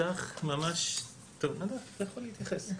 נדב פודולר יכול להתייחס.